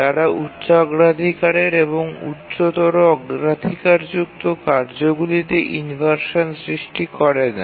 তারা উচ্চ অগ্রাধিকারের এবং উচ্চতর অগ্রাধিকারযুক্ত কার্যগুলিতে ইনভারশান সৃষ্টি করে না